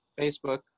Facebook